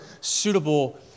suitable